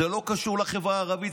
זה לא קשור לחברה הערבית,